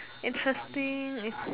interesting is